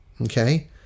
okay